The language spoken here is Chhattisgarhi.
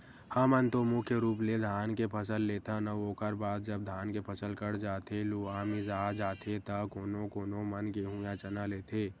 हमन तो मुख्य रुप ले धान के फसल लेथन अउ ओखर बाद जब धान के फसल कट जाथे लुवा मिसा जाथे त कोनो कोनो मन गेंहू या चना लेथे